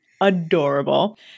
adorable